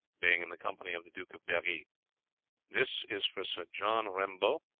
being in the company of the duke of berri this is for sir john rembault,